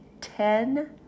Ten